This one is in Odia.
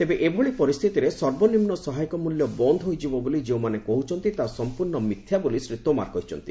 ତେବେ ଏଭଳି ପରିସ୍ଥିତିରେ ସର୍ବନିମ୍ନ ସହାୟକ ମୂଲ୍ୟ ବନ୍ଦ୍ ହୋଇଯିବ ବୋଲି ଯେଉଁମାନେ କହୁଛନ୍ତି ତାହା ସମ୍ପର୍ଷ୍ଣ ମିଥ୍ୟା ବୋଲି ଶ୍ରୀ ତୋମାର କହିଛନ୍ତି